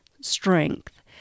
strength